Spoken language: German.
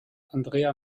andrea